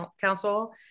council